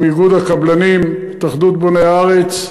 עם איגוד הקבלנים, התאחדות בוני הארץ.